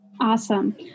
Awesome